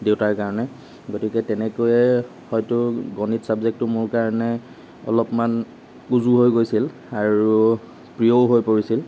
দেউতাৰ কাৰণে গতিকে তেনেকৈয়ে হয়তো গণিত ছাবজেক্টটো মোৰ কাৰণে অলপমান উজু হৈ গৈছিল আৰু প্ৰিয়ও হৈ পৰিছিল